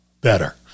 better